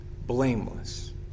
Blameless